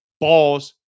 balls